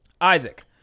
Isaac